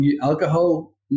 Alcohol